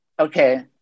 Okay